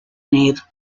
nave